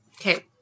Okay